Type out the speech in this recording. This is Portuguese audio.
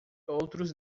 outros